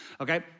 okay